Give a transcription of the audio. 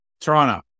Toronto